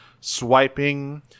Swiping